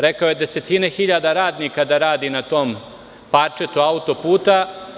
Rekao je desetine hiljada radnika da radi na tom parčetu auto-puta.